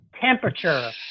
temperature